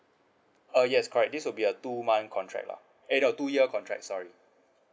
uh yes correct this will be a two month contract lah eh no two year contract sorry